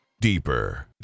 Deeper